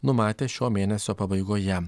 numatę šio mėnesio pabaigoje